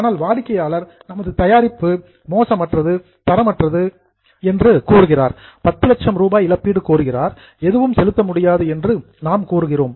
ஆனால் வாடிக்கையாளர் நமது தயாரிப்பு பேட் குவாலிட்டி மோசமானது தரமற்றது என்று கூறுகிறார் 10 லட்சம் ரூபாய் இழப்பீடு கோருகிறார் எதுவும் செலுத்த முடியாது என்று நாம் கூறுகிறோம்